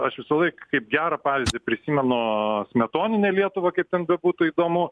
aš visąlaik kaip gerą pavyzdį prisimenu smetoninę lietuvą kaip ten bebūtų įdomu